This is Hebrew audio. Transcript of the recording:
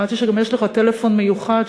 שמעתי שגם יש לך טלפון מיוחד,